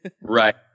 Right